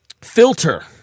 filter